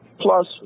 Plus